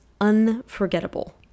unforgettable